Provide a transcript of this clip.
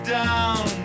down